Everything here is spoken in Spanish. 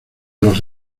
los